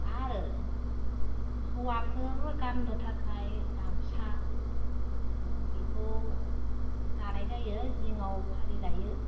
आरो हौवाफोर गान्नो थाखाइ गामसा बेखौ दानाय जायो जिङाव फारि लायो